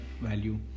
value